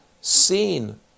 seen